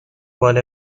باله